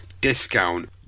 discount